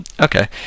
Okay